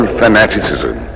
fanaticism